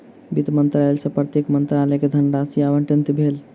वित्त मंत्रालय सॅ प्रत्येक मंत्रालय के धनराशि आवंटित भेल